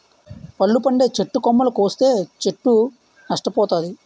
పళ్ళు పండే చెట్టు కొమ్మలు కోస్తే చెట్టు నష్ట పోతాది